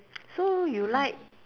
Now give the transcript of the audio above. so you like